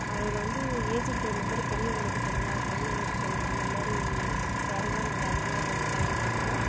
அதில் வந்து ஏஜுக்கு தகுந்த மாதிரி பெரியவங்களுக்கு தனியாக குழந்தைங்களுக்கு தனியாக அந்த மாதிரி சரிலாம் நாங்கள் அதிகமாக பயன்படுத்துவோம்